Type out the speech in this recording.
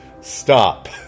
Stop